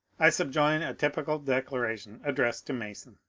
i subjoin a typical declaration ad dressed to mason